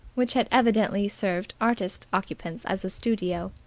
which had evidently served artist occupants as a studio.